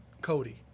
Cody